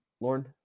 Lauren